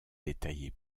détaillée